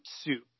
soup